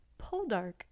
Poldark